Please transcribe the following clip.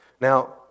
Now